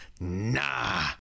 nah